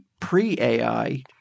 pre-AI